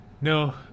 No